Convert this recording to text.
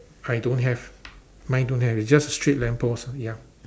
I don't have mine don't have it's just straight lamppost ya